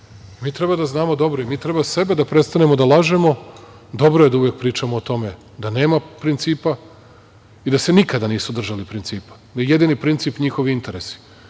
treba da znamo dobro i mi treba sebe da prestanemo da lažemo. Dobro je da uvek pričamo o tome, da nema principa i da se nikada nisu držali principa. Jedini principi su njihovi interesi. Kao